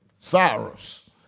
Cyrus